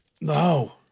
No